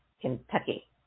Kentucky